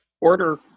order